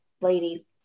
lady